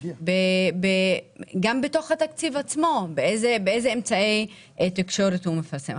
גם בתוך התקציב עצמו באיזה אמצעי תקשורת הוא מפרסם.